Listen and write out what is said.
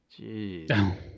jeez